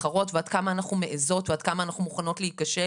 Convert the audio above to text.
להתחרות ועד כמה אנחנו מעיזות ועד כמה אנחנו מוכנות להיכשל.